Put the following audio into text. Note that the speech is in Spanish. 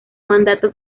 mandato